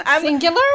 Singular